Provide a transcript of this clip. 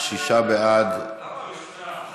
ההצעה להעביר את הנושא לוועדה שתקבע ועדת הכנסת נתקבלה.